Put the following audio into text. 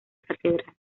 catedral